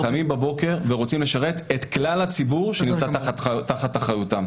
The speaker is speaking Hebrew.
קמים בבוקר ורוצים לשרת את כלל הציבור שנמצא תחת אחריותם.